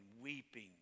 weeping